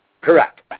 Correct